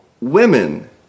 women